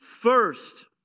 first